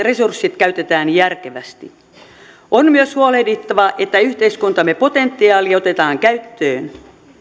resurssit käytetään järkevästi on myös huolehdittava että yhteiskuntamme potentiaali otetaan käyttöön